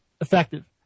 effective